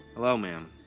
hello ma'am,